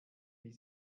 wie